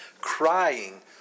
crying